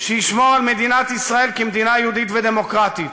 שישמור על מדינת ישראל כמדינה יהודית ודמוקרטית,